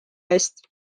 eest